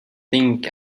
think